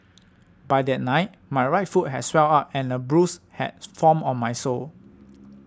by that night my right foot had swelled up and a bruise had formed on my sole